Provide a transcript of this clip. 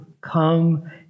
come